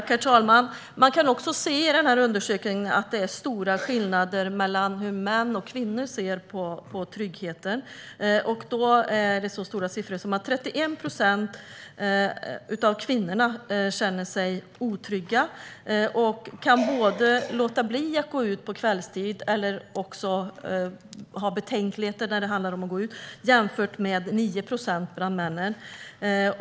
Herr talman! Man kan i undersökningen se att det är stora skillnader mellan hur män och kvinnor ser på tryggheten. Det är så stora siffror som att 31 procent av kvinnorna känner sig otrygga och kan låta bli att gå ut på kvällstid eller ha betänkligheter om att gå ut jämfört med 9 procent bland männen.